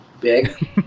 Big